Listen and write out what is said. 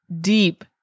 deep